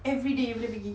everyday you pergi